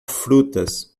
frutas